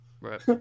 right